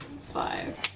Five